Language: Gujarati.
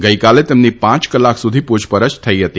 ગઇકાલે તેમની પાંચ કલાક સુધી પૂછપરછ થઇ હતી